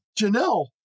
Janelle